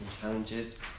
challenges